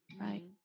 Right